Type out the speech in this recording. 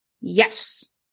Yes